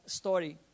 story